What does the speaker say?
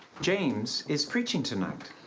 james is preaching tonight.